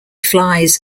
flies